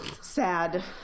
sad